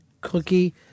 cookie